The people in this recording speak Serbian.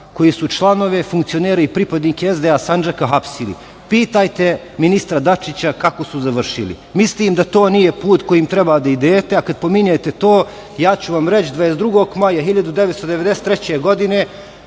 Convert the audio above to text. koji su članove, funkcionere i pripadnike SDA Sandžaka hapsili. Pitajte ministra Dačića kako su završili. Mislim da to nije put kojim treba da idete. Kad pominjete to, ja ću vam reći, 22. maja 1993. godine,